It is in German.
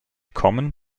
kommen